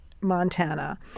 Montana